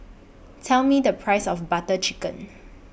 Tell Me The Price of Butter Chicken